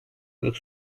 yıllık